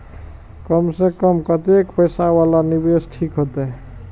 कम से कम कतेक पैसा वाला निवेश ठीक होते?